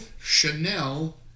Chanel